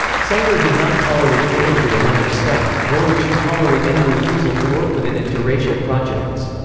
sanger did not tolerate bigotry among her staff, nor would she tolerate any refusal to work within interracial projects.